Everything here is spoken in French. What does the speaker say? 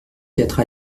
quatre